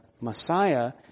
Messiah